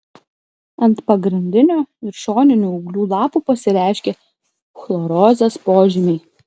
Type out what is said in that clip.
ant pagrindinio ir šoninių ūglių lapų pasireiškia chlorozės požymiai